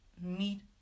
meet